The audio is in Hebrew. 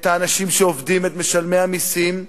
את האנשים שעובדים, את משלמי המסים,